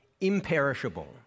imperishable